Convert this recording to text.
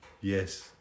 Yes